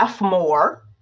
more